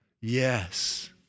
Yes